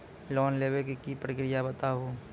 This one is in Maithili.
लोन लेवे के प्रक्रिया बताहू?